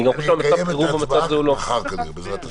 אני אקיים את ההצבעה מחר, כנראה, בעזרת ה'.